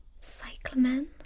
Cyclamen